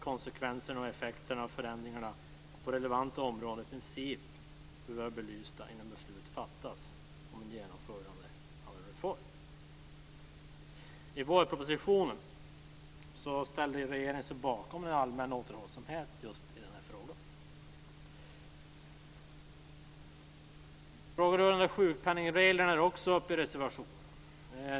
Konsekvenserna och effekterna av förändringarna på relevanta områden bör i princip vara belysta innan beslut fattas om genomförande av en reform. I vårpropositionen ställde sig regeringen bakom allmän återhållsamhet just i den här frågan. Frågor om reglerna för sjukpenning är också uppe i reservationerna.